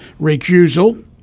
recusal